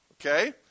okay